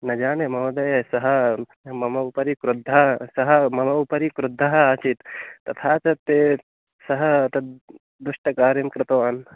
न जाने महोयद सः मम उपरि क्रुद्धः सः मम उपरि क्रुद्धः आसीत् तथा च ते सः तद् दुष्टकार्यं कृतवान्